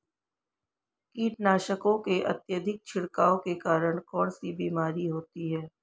कीटनाशकों के अत्यधिक छिड़काव के कारण कौन सी बीमारी होती है?